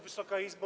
Wysoka Izbo!